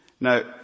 Now